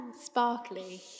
Sparkly